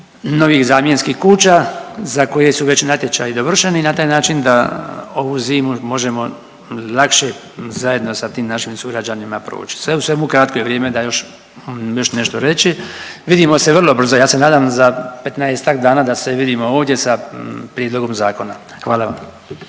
novih zamjenskih kuća za koje su već natječaji dovršeni i na taj način da ovu zimu možemo lakše zajedno sa tim našim sugrađanima provući. Sve u svemu kratko je vrijeme da još, još nešto reći. Vidimo se vrlo brzo. Ja se nadam za petnaestak dana da se vidimo ovdje sa prijedlogom zakona. Hvala vam.